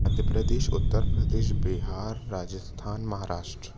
Madhya Pradesh Uttar Pradesh Bihar Rajasthan Maharashtra